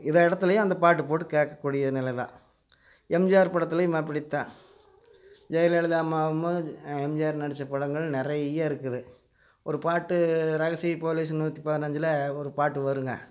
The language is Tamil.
இது இடத்துலியும் அந்தப் பாட்டு போட்டு கேட்கக்கூடிய நெலை தான் எம்ஜிஆர் படத்துலியும் அப்படித்தான் ஜெயலலிதா அம்மாவும் எம்ஜிஆர் நடித்தப் படங்கள் நிறைய இருக்குது ஒரு பாட்டு ரகசிய போலீஸ்ன்னு நூற்றி பதனஞ்சில் ஒரு பாட்டு வருங்க